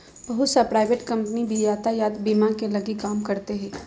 बहुत सा private company भी यातायात बीमा के लगी काम करते हइ